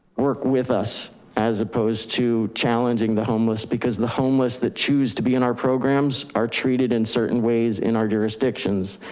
work with us as opposed to challenging the homeless, because the homeless that choose to be in our programs are treated in certain ways in our jurisdictions.